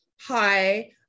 hi